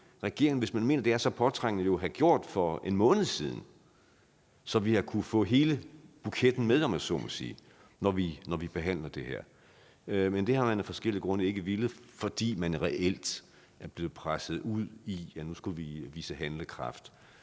hvis man mener, at det er så påtrængende, kunne regeringen jo have gjort det for en måned siden, så vi havde kunnet få hele buketten med, om jeg så må sige, når vi behandler det her. Men det har man af forskellige grunde ikke villet, fordi man reelt er blevet presset ud i, at nu skulle man vise handlekraft,